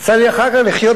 יצא לי אחר כך לחיות,